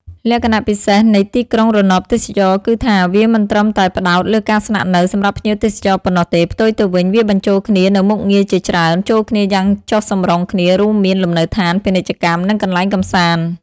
លក្ខណៈពិសេសនៃទីក្រុងរណបទេសចរណ៍គឺថា វា មិនត្រឹមតែផ្តោតលើការស្នាក់នៅ សម្រាប់ភ្ញៀវទេសចរប៉ុណ្ណោះទេ ផ្ទុយទៅវិញ វាបញ្ចូលគ្នានូវមុខងារជាច្រើនចូលគ្នាយ៉ាងចុះសម្រុងគ្នា រួមមាន លំនៅឋាន ពាណិជ្ជកម្ម និងកន្លែងកម្សាន្ត។